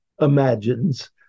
imagines